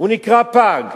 הוא נקרא פג.